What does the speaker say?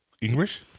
English